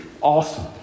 awesome